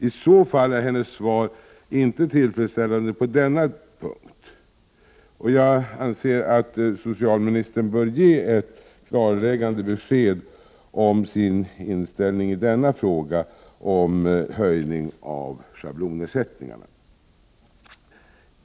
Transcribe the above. I så fall är hennes svar inte tillfredsställande på denna punkt. Jag anser att socialministern bör ge ett klarläggande besked om sin inställning till en höjning av schablonersättningarna.